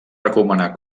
recomanar